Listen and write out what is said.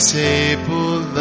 table